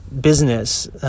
business